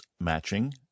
matching